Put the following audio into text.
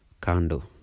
Candle